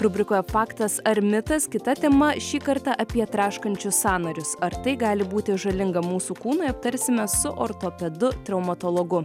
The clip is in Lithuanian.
rubrikoje faktas ar mitas kita tema šį kartą apie traškančius sąnarius ar tai gali būti žalinga mūsų kūnui aptarsime su ortopedu traumatologu